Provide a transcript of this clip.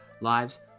lives